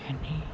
आनी